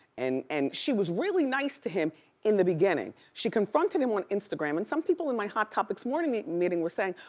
and and she was really nice to him in the beginning. she confronted him on instagram, and some people in my hot topics morning meeting were saying,